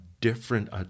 different